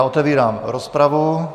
Otevírám rozpravu.